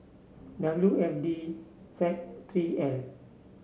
W F D Z three L